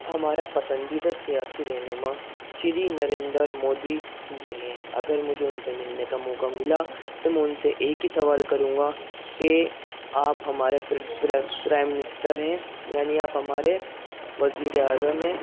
ہمارا پسندیدہ سیاسی رہنما شری نریندر مودی جی ہیں اگر مجھے ان سے ملنے کا موقع ملا تو میں ان سے ایک ہی سوال کروں گا کہ آپ ہمارے پرائمنسٹر ہیں یعنی آپ ہمارے وزیر اعظم ہیں